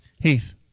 Heath